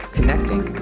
Connecting